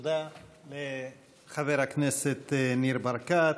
תודה לחבר הכנסת ניר ברקת,